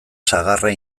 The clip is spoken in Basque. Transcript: sagarra